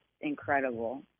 incredible